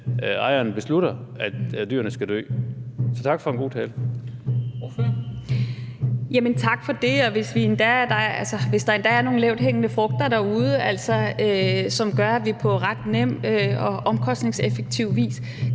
ejeren beslutter, at dyrene skal dø. Så tak for en god tale.